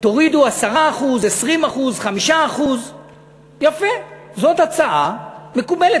תורידו 10%, 20%, 5%. יפה, זאת הצעה מקובלת.